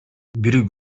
бир